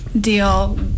deal